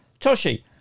Toshi